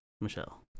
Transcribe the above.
Michelle